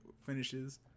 finishes